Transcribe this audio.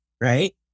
right